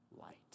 light